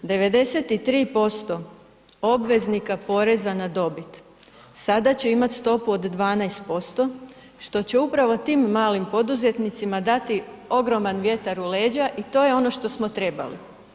93% obveznika poreza na dobit sada će imati stopu od 12% što će upravo tim malim poduzetnicima dati ogroman vjetar u leđa i to je ono što smo trebali.